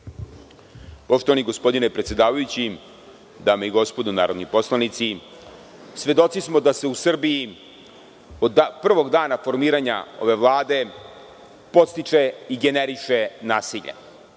Poštovani gospodine predsedavajući, dame i gospodo narodni poslanici, svedoci smo da se u Srbiji od prvog dana formiranja ove Vlade podstiče i generiše nasilje.